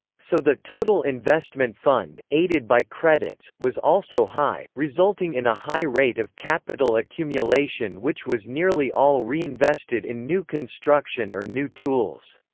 so the total investment fund, aided by credits, was also high, resulting in a high rate of capital accumulation which was nearly all reinvested in new construction or new tools.